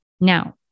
Now